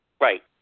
Right